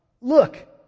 look